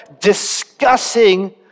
discussing